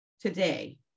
today